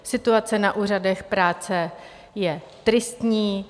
Situace na úřadech práce je tristní.